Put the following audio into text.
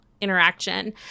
interaction